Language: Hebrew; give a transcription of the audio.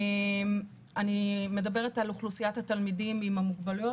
אני מדברת על אוכלוסיית התלמידים עם המוגבלויות,